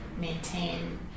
maintain